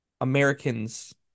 Americans